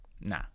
nah